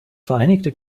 vereinigte